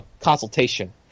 consultation